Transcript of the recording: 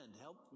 help